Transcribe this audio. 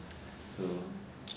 mmhmm